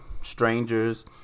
strangers